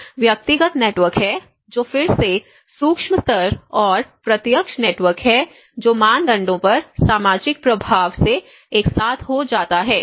एक व्यक्तिगत नेटवर्क है जो फिर से सूक्ष्म स्तर और प्रत्यक्ष नेटवर्क है जो मानदंडों पर सामाजिक प्रभाव के साथ हो सकता है